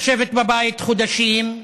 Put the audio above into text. לשבת בבית חודשים,